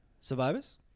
Survivors